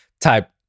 type